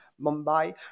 Mumbai